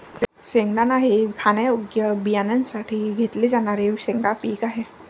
शेंगदाणा हे खाण्यायोग्य बियाण्यांसाठी घेतले जाणारे शेंगा पीक आहे